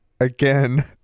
again